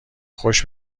خوش